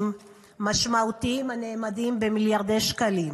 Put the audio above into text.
משמעותיים הנאמדים במיליארדי שקלים.